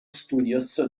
studios